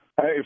Hey